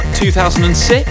2006